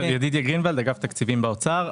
ידידיה גרינוולד, אגף התקציבים באוצר.